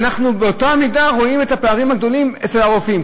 אנחנו באותה מידה רואים את הפערים הגדולים אצל הרופאים,